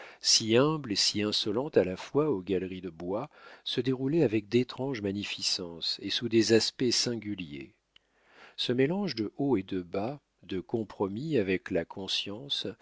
si humble et si insolente à la fois aux galeries de bois se déroulait avec d'étranges magnificences et sous des aspects singuliers ce mélange de hauts et de bas de compromis avec la conscience